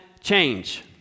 change